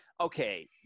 okay